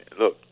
look